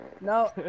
No